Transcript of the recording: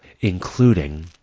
including